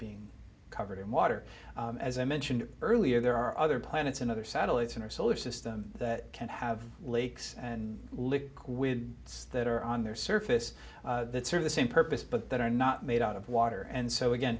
being covered in water as i mentioned earlier there are other planets and other satellites in our solar system that can have lakes and liquid it's that are on their surface that serve the same purpose but that are not made out of water and so again